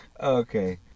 Okay